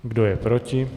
Kdo je proti?